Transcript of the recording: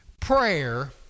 prayer